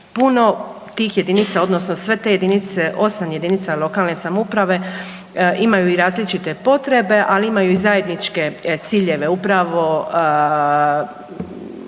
puno tih jedinica, odnosno sve te jedinice osam jedinica lokalne samouprave imaju i različite potrebe, ali imaju i zajedničke ciljeve. Upravo